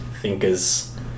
thinkers